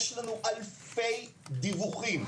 יש לנו אלפי דיווחים.